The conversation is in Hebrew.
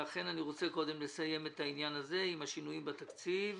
אני רוצה קודם לסיים את העניין הזה ואת השינויים בתקציב.